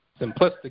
simplistic